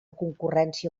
concurrència